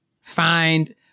find